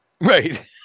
right